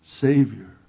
Savior